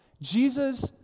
Jesus